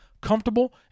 comfortable